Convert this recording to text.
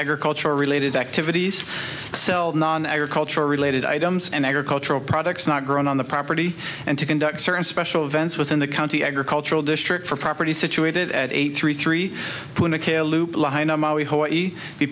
agriculture related activities sell non agricultural related items and agricultural products not grown on the property and to conduct certain special events within the county agricultural district for property situated at age three three